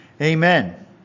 Amen